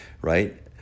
right